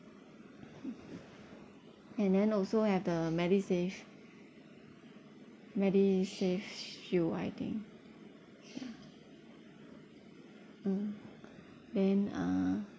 and then also have the medisave medisave shield I think ya mm then uh